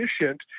efficient